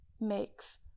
makes